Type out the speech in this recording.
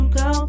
go